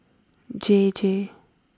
J J